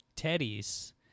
Teddy's